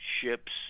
ships